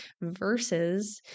versus